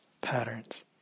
patterns